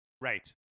right